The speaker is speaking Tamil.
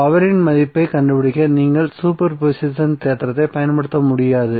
பவரின் மதிப்பைக் கண்டுபிடிக்க நீங்கள் சூப்பர் பொசிஷன் தேற்றத்தைப் பயன்படுத்த முடியாது